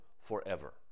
forever